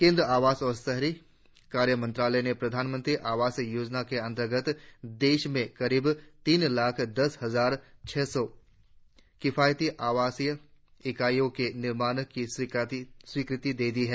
केंद्रीय आवास और शहरी कार्य मंत्रालय ने प्रधानमंत्री शहरी आवास योजना के अंतर्गत देश में करीब तीन लाख दस हजार छह सौ किफायती अवासीय इकाइयों के निर्माण की स्वीकृति दे दी हैं